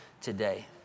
today